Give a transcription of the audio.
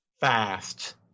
fast